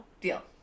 Deal